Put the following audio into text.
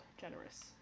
generous